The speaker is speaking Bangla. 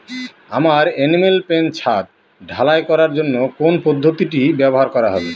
আমার এনিম্যাল পেন ছাদ ঢালাই করার জন্য কোন পদ্ধতিটি ব্যবহার করা হবে?